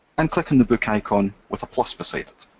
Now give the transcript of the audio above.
and click on the book icon with a plus beside it.